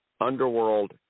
underworld